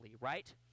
right